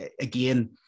again